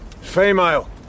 Female